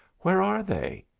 where are they?